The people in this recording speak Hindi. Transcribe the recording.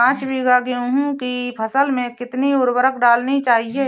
पाँच बीघा की गेहूँ की फसल में कितनी उर्वरक डालनी चाहिए?